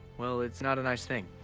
well, it's not a nice thing.